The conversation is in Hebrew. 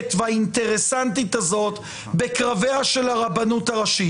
והאינטרסנטית הזאת בקרביה של הרבנות הראשית?